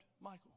Michael